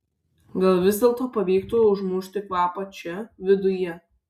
gal vis dėlto pavyktų užmušti kvapą čia viduje